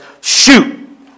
shoot